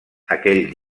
aquell